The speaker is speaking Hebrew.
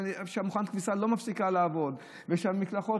שמכונת הכביסה לא מפסיקה לעבוד ושהמקלחות